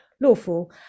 lawful